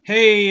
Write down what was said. Hey